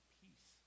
peace